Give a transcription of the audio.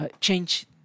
change